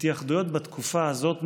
התייחדויות בתקופה הזו,